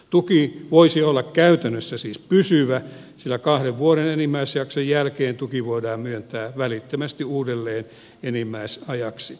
tuki voisi olla käytännössä siis pysyvä sillä kahden vuoden enimmäisjakson jälkeen tuki voidaan myöntää välittömästi uudelleen enimmäisajaksi